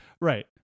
Right